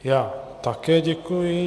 Já také děkuji.